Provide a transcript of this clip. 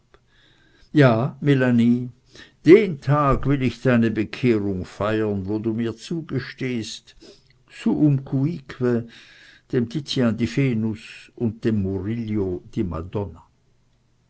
ja melanie den tag will ich deine bekehrung feiern wo du mir zugestehst suum cuique dem tizian die venus und dem murillo die madonna